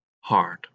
Hard